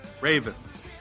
Ravens